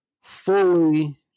fully